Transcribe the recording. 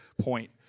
point